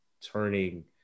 turning